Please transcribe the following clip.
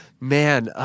Man